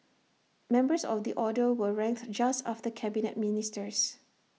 members of the order were ranked just after Cabinet Ministers